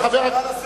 הערה לסדר,